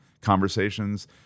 conversations